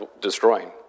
destroying